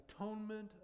atonement